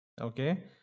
Okay